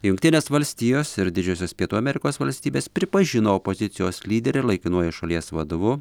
jungtinės valstijos ir didžiosios pietų amerikos valstybės pripažino opozicijos lyderį laikinuoju šalies vadovu